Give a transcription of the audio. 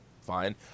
fine